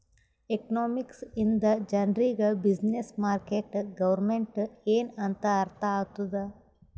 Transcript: economics ಇಂದ ಜನರಿಗ್ business, market, government ಎನ್ ಅಂತ್ ಅರ್ಥ ಆತ್ತುದ್